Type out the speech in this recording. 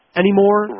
anymore